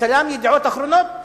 וצלם "ידיעות אחרונות"